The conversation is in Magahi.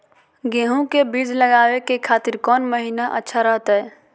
गेहूं के बीज लगावे के खातिर कौन महीना अच्छा रहतय?